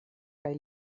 kaj